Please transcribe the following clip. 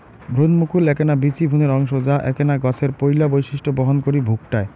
ভ্রুণমুকুল এ্যাকনা বীচি ভ্রূণের অংশ যা এ্যাকনা গছের পৈলা বৈশিষ্ট্য বহন করি ভুকটায়